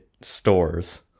stores